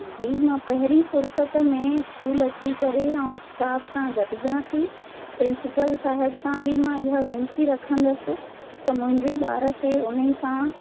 जी मां पहिरीं फुरसत में स्कूल अची करे अऊं स्टाफ सां गॾिजां थी प्रिंसिपल साहिबु सां बि मां हीअ वेनती रखंदसि त मुंहिंजे ॿार खे उन्हीअ सांं